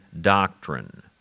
doctrine